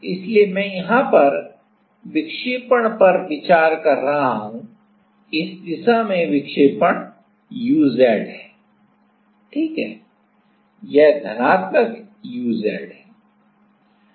इसलिए मैं यहाँ पर विक्षेपण पर विचार कर रहा हूँ इस दिशा में विक्षेपण uz है ठीक है यह धनात्मक uz है